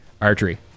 archery